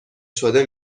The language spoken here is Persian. شده